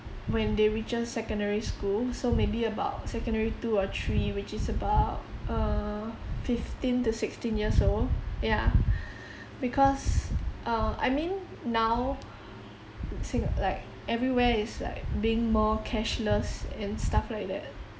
when they reaches secondary school so maybe about secondary two or three which is about uh fifteen to sixteen years old yeah because um I mean now singa~ like everywhere is like being more cashless and stuff like that